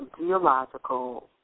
geological